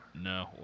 No